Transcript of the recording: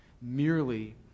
merely